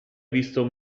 visto